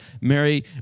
Mary